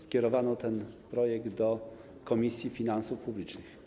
Skierowano ten projekt do Komisji Finansów Publicznych.